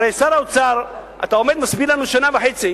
הרי שר האוצר, אתה עומד ומסביר לנו שנה וחצי